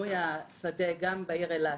ושינוי השדה גם בעיר אילת